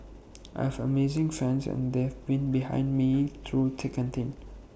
I have amazing fans and they've been behind me through thick and thin